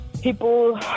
people